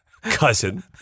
Cousin